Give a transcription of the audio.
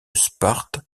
sparte